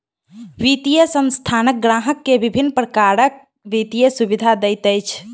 वित्तीय संस्थान ग्राहक के विभिन्न प्रकारक वित्तीय सुविधा दैत अछि